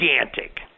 gigantic